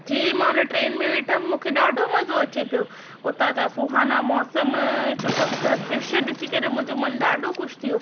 जीअं ई मां हुन ट्रेन में वेठमि मूंखे ॾाढो मज़ो अची पियो उतां जा सुहाना मौसम सुठा सुठा द्रश्य ॾिसी करे मुंहिंजो मनु ॾाढो ख़ुशि थियो